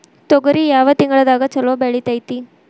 ತೊಗರಿ ಯಾವ ತಿಂಗಳದಾಗ ಛಲೋ ಬೆಳಿತೈತಿ?